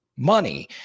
money